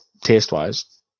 taste-wise